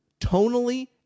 tonally